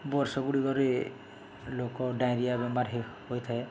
ବର୍ଷଗୁଡ଼ିକରେ ଲୋକ ଡ଼ାଇଁରିଆ ବେମାର ହୋଇଥାଏ